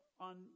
on